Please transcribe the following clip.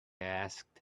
asked